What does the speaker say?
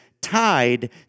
tied